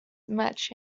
much